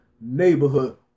neighborhood